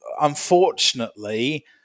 unfortunately